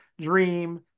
dream